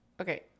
Okay